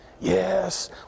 Yes